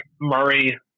Murray